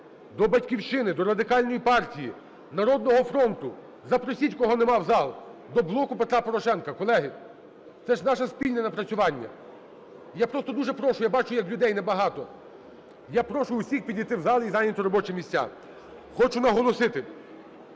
до "Батьківщини", до Радикальної партії, "Народного фронту": запросіть, кого немає, в зал. До "Блоку Петра Порошенка": колеги, це ж наше спільне напрацювання! Колеги, я дуже прошу! Я бачу, як людей небагато. Я прошу всіх підійти в зал і зайняти робочі місця. Хочу наголосити,